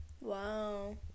Wow